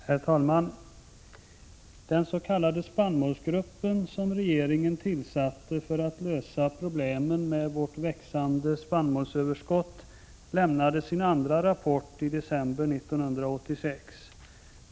Herr talman! Den s.k. spannmålsgruppen som regeringen tillsatt för att lösa problemen med vårt växande spannmålsöverskott lämnade sin andra rapport i december 1986.